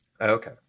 Okay